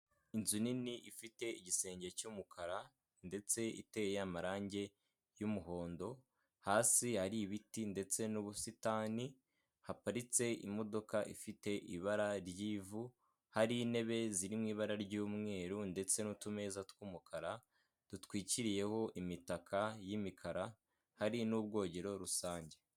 Inzu nini ifite igisenge cy'umukara ndetse iteye amarangi y'umuhondo hasi hari ibiti ndetse n'ubusitani, haparitse imodoka ifite ibara ry'ivu hari intebe ziririmo ibara ry'umweru ndetse n'utumeza tw'umukara dutwikiriyeho imitaka y'imikara hari n'ubwogero rusange.